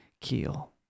Keel